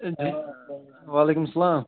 وعلیکُم السلام